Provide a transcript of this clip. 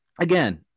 again